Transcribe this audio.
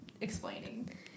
explaining